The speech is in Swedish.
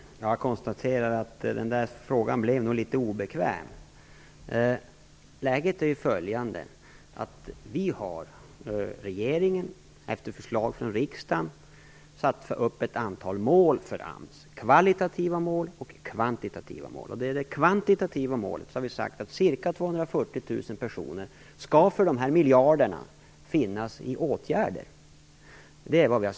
Herr talman! Jag konstaterar att min fråga nog blev litet obekväm. Läget är ju följande: Regeringen har, efter förslag från riksdagen, satt upp ett antal mål för AMS, kvalitativa mål och kvantitativa mål. När det gäller det kvantitativa målet har vi sagt att för dessa miljarder skall ca 240 000 personer vara föremål för åtgärder.